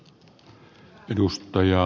arvoisa puhemies